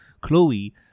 Chloe